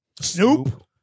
Snoop